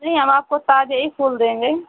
नहीं हम आपको ताजे ही फूल देंगे